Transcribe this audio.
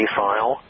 file